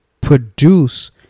produce